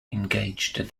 engaged